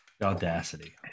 audacity